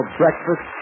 breakfast